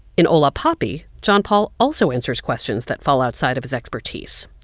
in hola papi, john paul also answers questions that fall outside of his expertise.